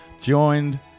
joined